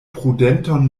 prudenton